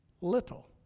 little